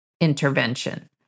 intervention